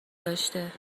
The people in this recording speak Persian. داشته